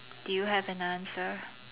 do you have an answer